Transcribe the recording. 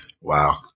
Wow